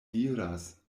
diras